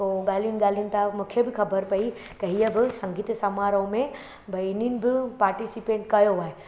पोइ ॻाल्हियुनि ॻाल्हियुनि तां मूंखे बि ख़बर पई के हीअं बि संगीत समारोह में भई इन्हनि बि पार्टीसिपेट कयो आहे